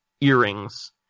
earrings